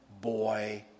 boy